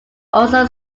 also